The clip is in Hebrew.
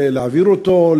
להעביר אותו,